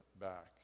back